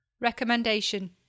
Recommendation